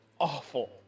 awful